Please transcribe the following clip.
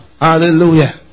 Hallelujah